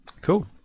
Cool